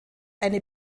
eine